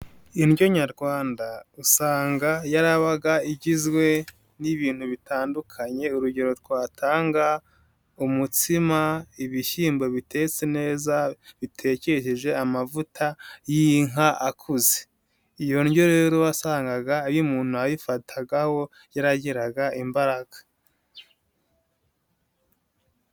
Indyo nyarwanda usanga yarabaga igizwe n'ibintu bitandukanye, urugero twatanga umutsima, ibishyimbo bitetse neza bitekesheje amavuta y'inka akuze. Iyo ndyo rero wasangaga iyo umuntu wayifatagaho yaragiraga imbaraga.